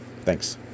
Thanks